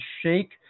shake